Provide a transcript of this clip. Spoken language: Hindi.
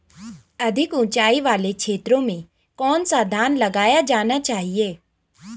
अधिक उँचाई वाले क्षेत्रों में कौन सा धान लगाया जाना चाहिए?